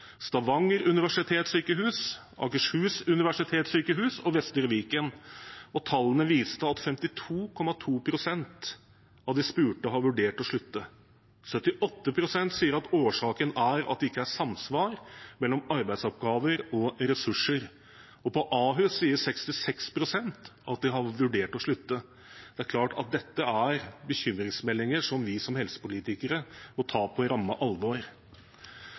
Stavanger universitetssykehus, Akershus universitetssykehus og Vestre Viken. Tallene viste at 52,2 pst. av de spurte har vurdert å slutte. 78 pst. sier årsaken er at det ikke er samsvar mellom arbeidsoppgaver og ressurser. På Ahus sier 66 pst. at de har vurdert å slutte. Det er klart at dette er bekymringsmeldinger som vi som helsepolitikere må ta på ramme alvor.